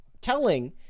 telling